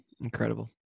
Incredible